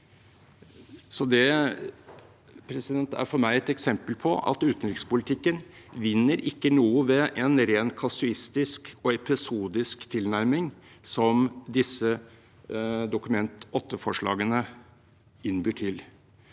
Dette er for meg et eksempel på at utenrikspolitikken ikke vinner noe ved en ren kasuistisk og episodisk tilnærming som disse Dokument 8-forslagene innbyr til.